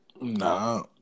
Nah